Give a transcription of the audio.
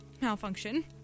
malfunction